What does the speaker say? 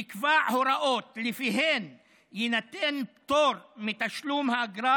יקבע הוראות שלפיהן יינתן פטור מתשלום אגרה